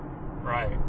Right